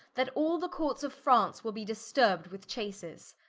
that all the courts of france will be disturb'd with chaces.